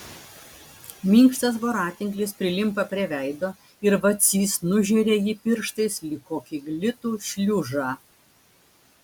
minkštas voratinklis prilimpa prie veido ir vacys nužeria jį pirštais lyg kokį glitų šliužą